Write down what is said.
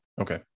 Okay